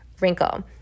wrinkle